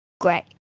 great